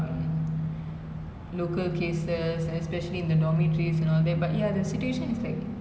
mm and I feel that we we you know fingers crossed can